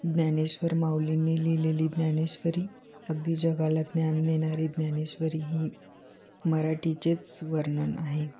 ज्ञानेश्वर माऊलींनी लिहिलेली ज्ञानेश्वरी अगदी जगाला ज्ञान देणारी ज्ञानेश्वरी ही मराठीचेच वर्णन आहे